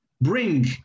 Bring